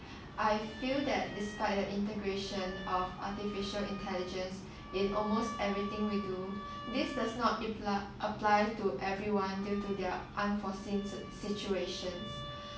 I feel that despite the integration of artificial intelligence in almost everything we do this does not apply to everyone due to their unforeseen situations